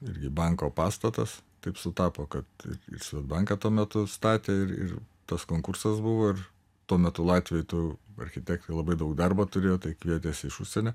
irgi banko pastatas taip sutapo kad ir swedbanką tuo metu statė ir tas konkursas buvo ir tuo metu latvijoj tų architektai labai daug darbo turėjo tai kvietėsi iš užsienio